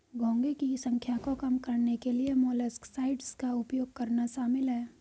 घोंघे की संख्या को कम करने के लिए मोलस्कसाइड्स का उपयोग करना शामिल है